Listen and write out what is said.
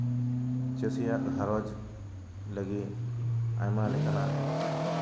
ᱪᱟᱹᱥᱤᱭᱟᱜ ᱜᱷᱟᱨᱚᱸᱡᱽ ᱞᱟᱹᱜᱤᱫ ᱟᱭᱢᱟ ᱞᱮᱠᱟᱱᱟᱜ